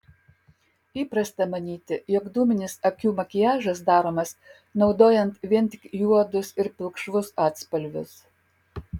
įprasta manyti jog dūminis akių makiažas daromas naudojant vien tik juodus ir pilkšvus atspalvius